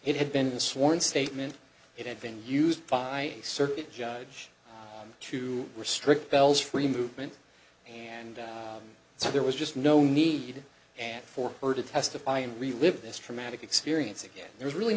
it had been a sworn statement it had been used by a circuit judge to restrict bell's free movement and so there was just no need for her to testify and relive this traumatic experience again there's really